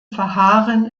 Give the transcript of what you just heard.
verharren